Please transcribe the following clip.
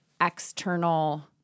external